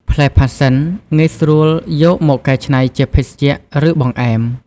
ផ្លែផាសសិនងាយស្រួលយកមកកែច្នៃជាភេសជ្ជៈ ឬបង្អែម។